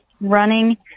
running